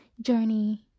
journey